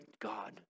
God